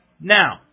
Now